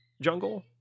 jungle